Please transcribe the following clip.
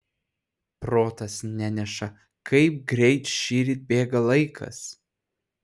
protas neneša kaip greit šįryt bėga laikas